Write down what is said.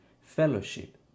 fellowship